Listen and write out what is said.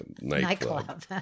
nightclub